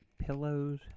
pillows